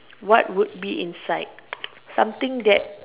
what would be inside something that